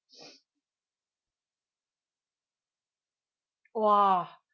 !wah!